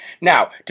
Now